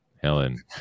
Helen